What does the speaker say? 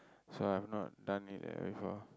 so I'm not done with that before